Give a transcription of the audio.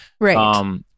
Right